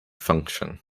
function